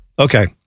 Okay